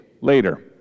later